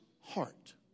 heart